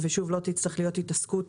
שוב לא תצטרך להיות התעסקות,